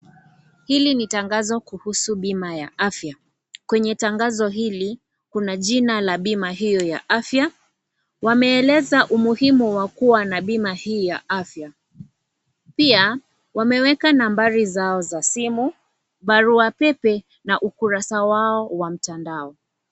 Hili ni tangazo kuhusu pima ya afya. Kwenye tangazo hili Kuna jina la pima hiyo ya afya. Wameeleza umuhimu wa kuwa na pima hii ya afya, pia wameweka nambari zao za simu barua pepe na ukuraza wao wa mtandao